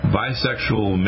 bisexual